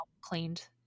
cleaned